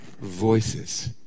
voices